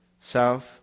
South